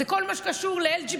זה כל מה שקשור ל-LGBT,